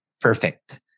Perfect